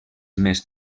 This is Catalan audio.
més